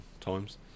times